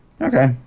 Okay